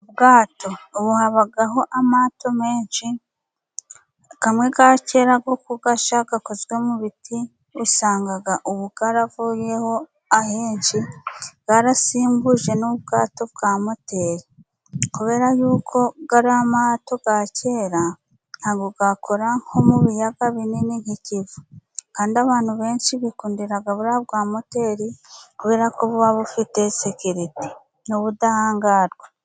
Ubwato, ubu habaho amato menshi, kamwe ka kera, ko kugasha gakozwe mu biti, usanga ubu karavuyeho, ahenshi bwasimbuje n'ubwato bwa moteri, kubera ko ubwato bwa kera ntabwo bwakora neza ,nko mu biyaga binini nk'ikivu, kandi abantu benshi bikundira buriya bwa moteri ,kubera ko bufite sekirite n'ubudahangarwa.